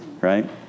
right